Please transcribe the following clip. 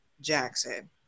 Jackson